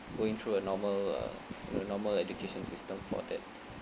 going through a normal uh in a normal education system for that